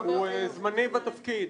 בכל זאת נתקדם.